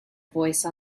voice